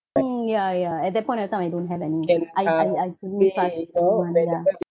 mm ya ya at that point of time I don't have any I I I suddenly pass you know ya